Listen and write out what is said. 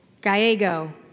Gallego